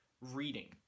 reading